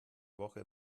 woche